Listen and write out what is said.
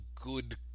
good